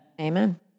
Amen